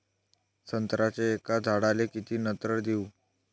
संत्र्याच्या एका झाडाले किती नत्र देऊ?